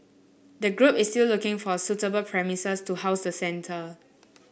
the group is still looking for suitable premises to house the centre